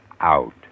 Out